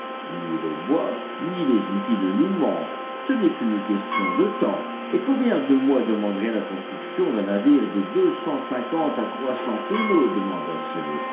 ni le bois ni les outils ne nous manquent ce n'est qu'une question de temps et combien de mois demanderait la construction d'un navire de deux cent cinquante à trois cents tonneaux demanda